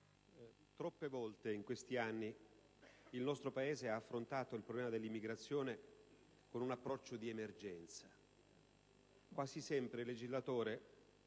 troppe volte in questi anni il nostro Paese ha affrontato il problema dell'immigrazione con un approccio di emergenza. Quasi sempre il legislatore